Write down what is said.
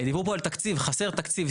דיברו פה על תקציב, חסר תקציב.